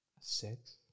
six